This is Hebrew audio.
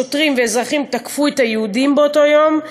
שוטרים ואזרחים תקפו את היהודים באותו יום.